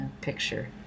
picture